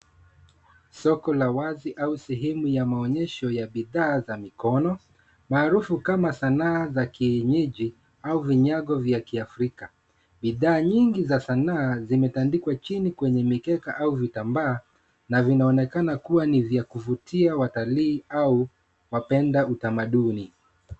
Soko la wazi au sehemu ya maonyesho ya bidhaa za mikono, maarufu kama sanaa za kienyeji au vinyago vya kiafrika. Bidhaa nyingi za sanaa zimetandikwa chini kwenye mikeka au vitambaa na vinaonekana kuwa vya kuvutia watalii au wapenda utamaduni.